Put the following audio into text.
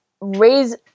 raise